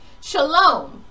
Shalom